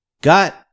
got